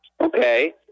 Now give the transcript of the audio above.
Okay